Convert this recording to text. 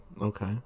okay